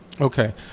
Okay